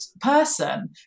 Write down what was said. person